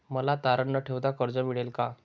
मला तारण न ठेवता कर्ज मिळेल का?